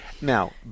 Now